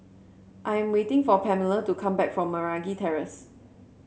I am waiting for Pamela to come back from Meragi Terrace